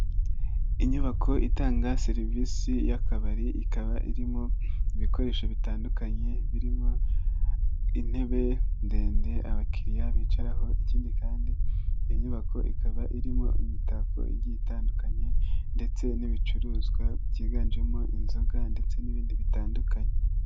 Inyubako itanga serivisi y'akabari ikaba irimo ibikoresho bitandukanye birimo intebe ndende abakiliriya bicaraho, ikindi kandi iyo nyubako ikaba irimo imitako igiye itandukanye ndetse n'ibicuruzwa byiganjemo inzoga ndetse n'ibindi bitandukanye.